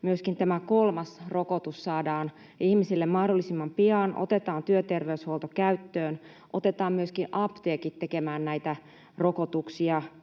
myöskin tämä kolmas rokotus saadaan ihmisille mahdollisimman pian. Otetaan työterveyshuolto käyttöön, otetaan myöskin apteekit tekemään näitä rokotuksia